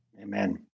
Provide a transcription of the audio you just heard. Amen